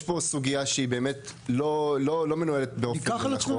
יש פה סוגיה שהיא באמת לא מנוהלת באופן נכון,